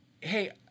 Hey